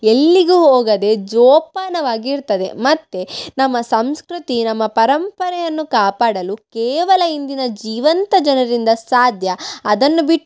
ಎಲ್ಲಿಗೂ ಹೋಗದೆ ಜೋಪಾನವಾಗಿ ಇರ್ತದೆ ಮತ್ತು ನಮ್ಮ ಸಂಸ್ಕೃತಿ ನಮ್ಮ ಪರಂಪರೆಯನ್ನು ಕಾಪಾಡಲು ಕೇವಲ ಇಂದಿನ ಜೀವಂತ ಜನರಿಂದ ಸಾಧ್ಯ ಅದನ್ನು ಬಿಟ್ಟು